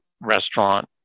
restaurant